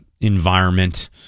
environment